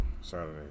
Saturday